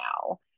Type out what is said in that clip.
now